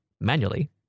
manually